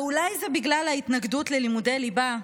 ואולי זה בגלל ההתנגדות ללימודי ליבה,